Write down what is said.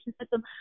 system